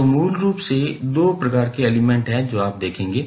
तो मूल रूप से दो प्रकार के एलिमेंट हैं जो आप देखेंगे